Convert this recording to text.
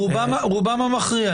רובם המכריע.